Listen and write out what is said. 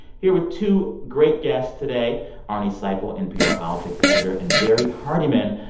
here with two great guests today arnie seipel, npr politics editor, and barrie hardymon,